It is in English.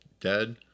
dead